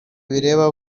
bireba